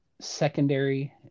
secondary